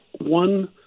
one